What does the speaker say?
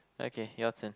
okay your turn